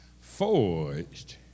Forged